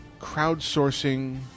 crowdsourcing